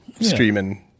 streaming